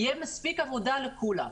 תהיה מספיק עבודה לכולם,